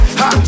ha